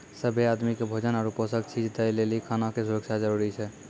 सभ्भे आदमी के भोजन आरु पोषक चीज दय लेली खाना के सुरक्षा जरूरी छै